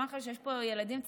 אמרתי לך שיש פה ילדים צעירים,